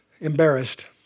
embarrassed